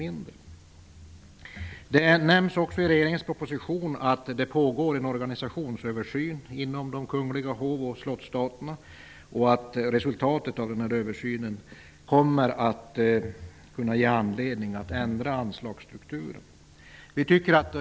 Vidare nämns det i regeringens proposition att en organisationsöversyn pågår när det gäller de kungliga hov och slottsstaterna och att resultatet av denna översyn kommer att kunna föranleda en ändrad anslagsstruktur.